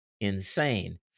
insane